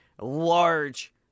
large